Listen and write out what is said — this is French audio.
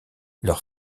leur